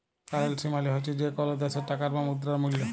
currency মালে হছে যে কল দ্যাশের টাকার বা মুদ্রার মূল্য